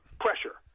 pressure